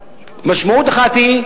משמעות אחת היא,